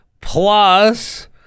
plus